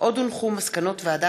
איימן עודה, עאידה